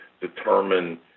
determine